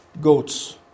goats